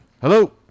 Hello